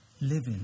living